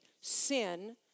sin